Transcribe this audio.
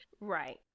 right